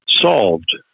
solved